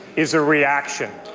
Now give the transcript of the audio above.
is a reaction.